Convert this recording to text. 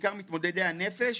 בעיקר מתמודדי הנפש,